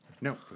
No